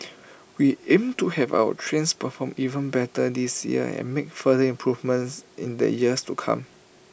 we aim to have our trains perform even better this year and make further improvements in the years to come